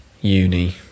uni